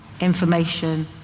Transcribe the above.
information